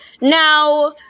Now